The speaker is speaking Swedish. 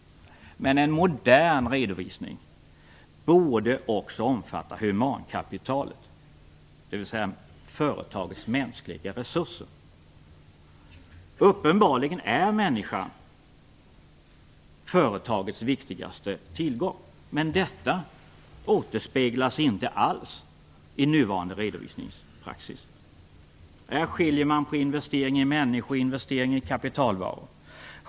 Men en modern redovisning borde också omfatta humankapitalet, dvs. företagets mänskliga resurser. Uppenbarligen är människan företagets viktigaste tillgång, men detta återspeglas inte alls i nuvarande redovisningspraxis. Där skiljer man på investering i människor och investering i kapitalvaror.